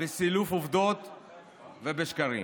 בסילוף עובדות ובשקרים.